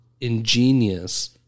ingenious